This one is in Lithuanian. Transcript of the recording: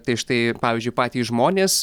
tai štai pavyzdžiui patys žmonės